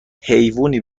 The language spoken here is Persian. حیوونی